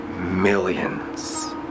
millions